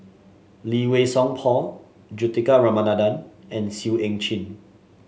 Lee Wei Song Paul Juthika Ramanathan and Seah Eu Chin